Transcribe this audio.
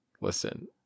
listen